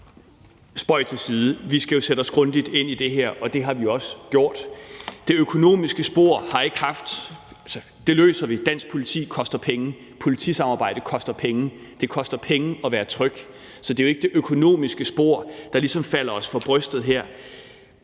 Spøg til side. Vi skal jo sætte os grundigt ind i det her, og det har vi også gjort. Det økonomiske spor løser vi; dansk politi koster penge, og politisamarbejde koster penge. Det koster penge at være tryg, så det er jo ikke det økonomiske spor, der ligesom falder os for brystet her.